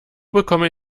bekomme